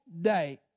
day